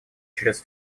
чрез